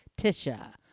Tisha